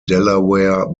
delaware